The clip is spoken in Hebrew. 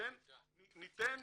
ניתן